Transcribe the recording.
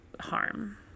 harm